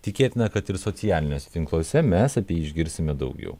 tikėtina kad ir socialiniuose tinkluose mes apie jį išgirsime daugiau